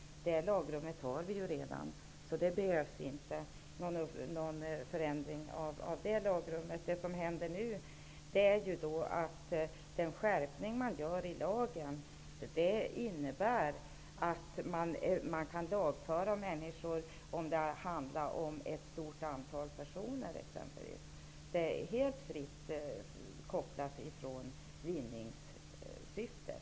Det lagrummet finns redan. Det behövs inte någon ändring av detta lagrum. Den skärpningen som nu görs i lagen innebär att smugglare kan lagföras när det är fråga om ett stort antal personer. Det är helt frikopplat från vinningssyftet.